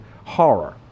horror